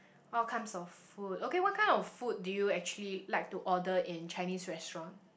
all kind of food okay what kind of food do you actually like to order in Chinese restaurant